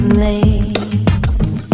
maze